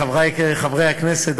חברי חברי הכנסת,